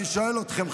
אני שואל אתכם,